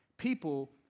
people